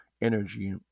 energy